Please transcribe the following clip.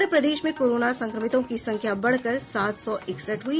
और प्रदेश में कोरोना संक्रमितों की संख्या बढ़कर सात सौ इकसठ हुई